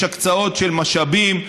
יש הקצאות של משאבים,